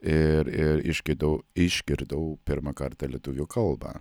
ir ir išgidau išgirdau pirmą kartą lietuvių kalbą